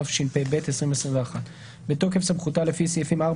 התשפ"ב 2021 בתוקף סמכותה לפי סעיפים 4,